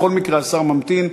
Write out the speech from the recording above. בכל מקרה השר ממתין.